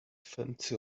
fancy